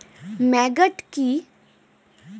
Maggot কি?